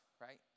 Right